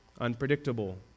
unpredictable